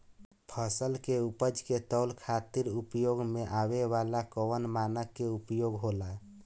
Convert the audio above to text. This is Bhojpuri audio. फसल के उपज के तौले खातिर उपयोग में आवे वाला कौन मानक के उपयोग होला?